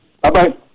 Bye-bye